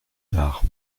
tard